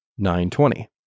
9.20